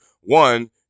One